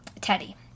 Teddy